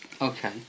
okay